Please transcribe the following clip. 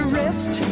rest